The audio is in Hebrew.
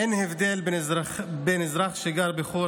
אין הבדל בין אזרח שגר בחורה,